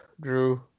Drew